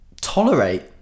tolerate